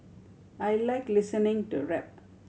I like listening to rap